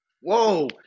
whoa